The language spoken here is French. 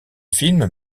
film